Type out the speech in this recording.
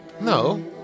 No